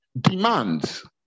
demands